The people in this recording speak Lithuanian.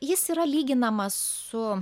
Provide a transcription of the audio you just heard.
jis yra lyginamas su